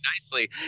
nicely